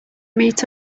meet